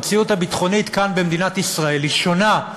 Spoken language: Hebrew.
המציאות הביטחונית כאן במדינת ישראל היא שונה,